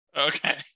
Okay